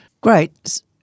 great